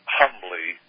humbly